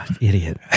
idiot